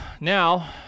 now